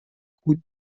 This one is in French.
route